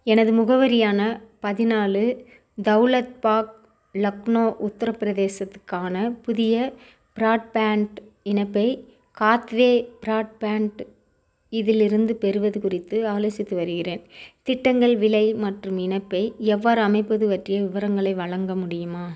எனது முகவரியான பதினாலு தௌலத்பாக் லக்னோ உத்தரப்பிரதேசத்துக்கான புதிய ப்ராட்பேண்ட் இணைப்பை ஹாத்வே ப்ராட்பேண்ட் இலிருந்து பெறுவது குறித்து ஆலோசித்து வருகிறேன் திட்டங்கள் விலை மற்றும் இணைப்பை எவ்வாறு அமைப்பது பற்றிய விவரங்களை வழங்க முடியுமா